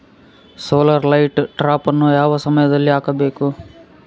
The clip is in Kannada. ಸೋಲಾರ್ ಲೈಟ್ ಟ್ರಾಪನ್ನು ಯಾವ ಸಮಯದಲ್ಲಿ ಹಾಕಬೇಕು?